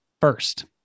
first